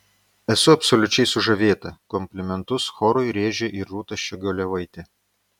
esu absoliučiai sužavėta komplimentus chorui žėrė ir rūta ščiogolevaitė